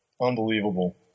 Unbelievable